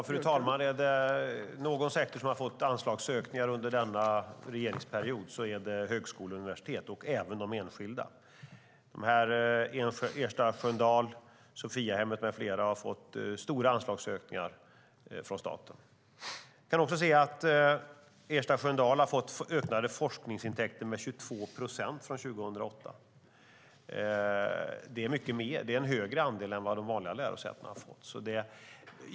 Fru talman! Är det någon sektor som har fått anslagsökningar under denna regeringsperiod är det högskolor och universitet, även de enskilda. Ersta Sköndal, Sophiahemmet med flera har fått stora ökningar i sina anslag från staten. Vi kan också se att Ersta Sköndal har fått ökade forskningsintäkter med 22 procent sedan 2008. Det är en högre andel än de vanliga lärosätena har fått.